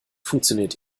funktioniert